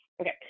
okay